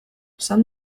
esan